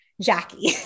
Jackie